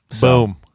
Boom